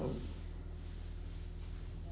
um